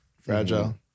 fragile